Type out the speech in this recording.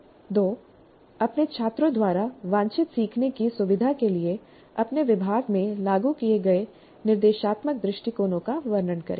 2 अपने छात्रों द्वारा वांछित सीखने की सुविधा के लिए अपने विभाग में लागू किए गए निर्देशात्मक दृष्टिकोणों का वर्णन करें